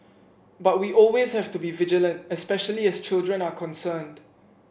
but we always have to be vigilant especially as children are concerned